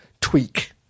tweak